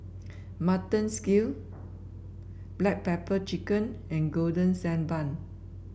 mutton skill Black Pepper Chicken and Golden Sand Bun